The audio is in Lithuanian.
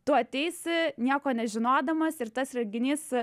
tu ateisi nieko nežinodamas ir tas reginys